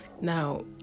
now